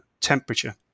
temperature